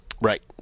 Right